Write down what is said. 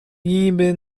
niby